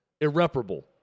irreparable